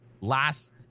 last